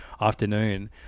afternoon